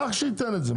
לך שייתן את זה,